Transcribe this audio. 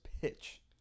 pitch